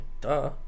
duh